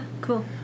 cool